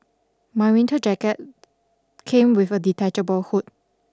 my winter jacket came with a detachable hood